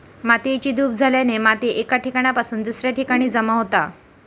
मातेची धूप झाल्याने माती एका ठिकाणासून दुसऱ्या ठिकाणी जमा होता